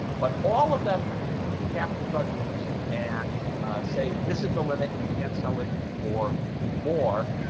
but all of them cap the drug price and say this is the limit you can't sell it for more